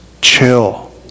chill